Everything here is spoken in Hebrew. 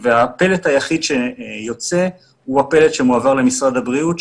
הפלט היחיד שיוצא הוא הפלט שמועבר למשרד הבריאות,